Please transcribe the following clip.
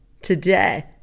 today